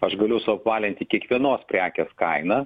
aš galiu suapvalinti kiekvienos prekės kainą